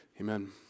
Amen